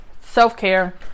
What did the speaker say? self-care